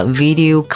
video